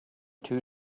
two